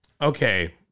Okay